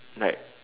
like